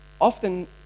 often